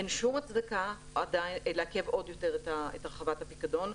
אין שום הצדקה לעכב עוד יותר את הרחבת הפיקדון,